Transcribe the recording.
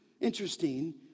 interesting